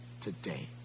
today